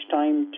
time